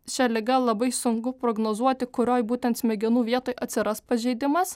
šia liga labai sunku prognozuoti kurioj būtent smegenų vietoj atsiras pažeidimas